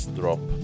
drop